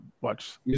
watch